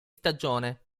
stagione